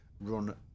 run